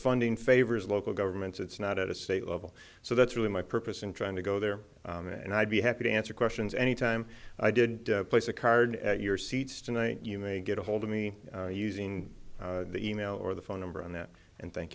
funding favors local governments it's not at a state level so that's really my purpose in trying to go there and i'd be happy to answer questions any time i did place a card at your seats tonight you may get ahold of me using the e mail or the phone number on that and thank